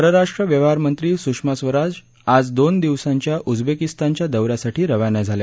परराष्ट्र व्यवहार मंत्री सुषमा स्वराज आज दोन दिवसाच्या उजबेकीस्तानच्या दौ यासाठी रवाना झाल्या